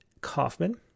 Kaufman